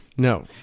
No